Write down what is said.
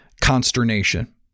consternation